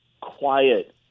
quiet